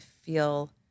feel